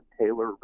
Taylor